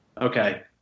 Okay